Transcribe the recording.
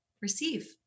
receive